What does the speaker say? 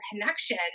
connection